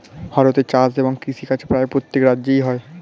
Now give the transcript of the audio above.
ভারতে চাষ এবং কৃষিকাজ প্রায় প্রত্যেক রাজ্যে হয়